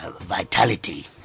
vitality